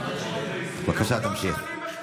בבקשה, תמשיך.